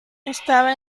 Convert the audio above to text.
estaba